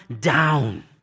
down